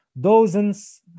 dozens